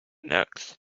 next